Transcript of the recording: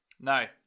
No